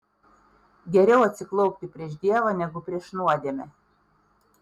geriau atsiklaupti prieš dievą negu prieš nuodėmę